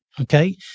Okay